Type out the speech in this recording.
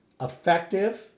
effective